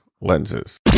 lenses